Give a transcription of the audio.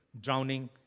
drowning